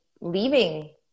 leaving